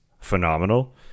phenomenal